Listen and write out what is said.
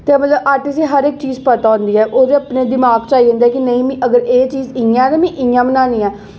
ते मतलब आर्टिस्ट ई हर इक चीज पता होंदी ऐ ओह्दे अपने दिमाक च आई जंदा ऐ के नेईं मि अगर एह् चीज इ'यां ते मिं इ'यां गै बनानी आं